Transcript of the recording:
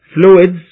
fluids